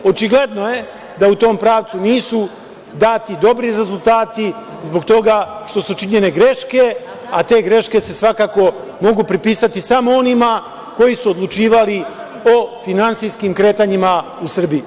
Očigledno je da u tom pravcu nisu dati dobri rezultati zbog toga što su činjene greške, a te greške se svakako mogu pripisati samo onima koji su odlučivali o finansijskim kretanjima u Srbiji.